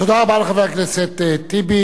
תודה רבה לחבר הכנסת טיבי.